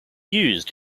used